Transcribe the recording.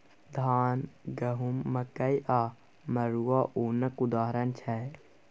धान, गहुँम, मकइ आ मरुआ ओनक उदाहरण छै